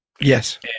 yes